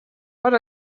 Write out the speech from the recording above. what